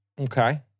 Okay